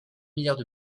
milliards